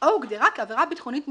או הוגדרה כעבירה ביטחונית מובהקת".